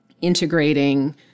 integrating